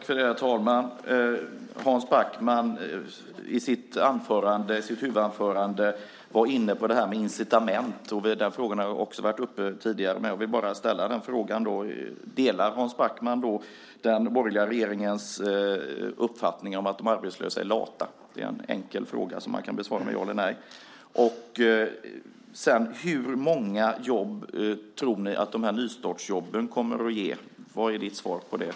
Herr talman! Hans Backman var i sitt huvudanförande inne på det här med incitament. Den frågan har också varit uppe tidigare, men jag vill bara ställa frågan: Delar Hans Backman då den borgerliga regeringens uppfattning att de arbetslösa är lata? Det är en enkel fråga som man kan besvara med ja eller nej. Och sedan undrar jag: Hur många jobb tror ni att de här nystartsjobben kommer att ge? Vad är ditt svar på det?